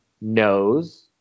knows